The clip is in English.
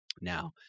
Now